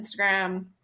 Instagram